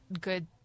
good